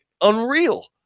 unreal